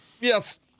yes